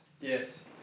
Yes